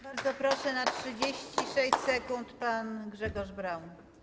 Bardzo proszę, na 36 sekund pan Grzegorz Braun.